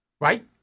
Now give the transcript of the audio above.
Right